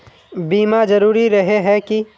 बीमा जरूरी रहे है की?